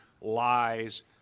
lies